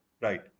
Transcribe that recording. right